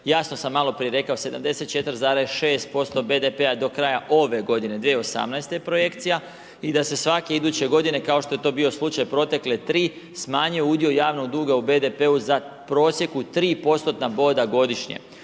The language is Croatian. jasno sam maloprije rekao 74,6% BDP-a do kraja ove godine 2018. je projekcija i da se svake iduće godine kao što je to bio slučaj protekle 3 smanjio udio javnog duga u BDP-a za u prosjeku 3%-tna boda godišnje.